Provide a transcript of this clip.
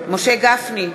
משה גפני,